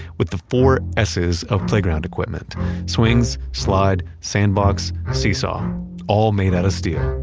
with the four s's of playground equipment swings, slide, sandbox, seesaw all made out of steel.